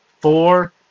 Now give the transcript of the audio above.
four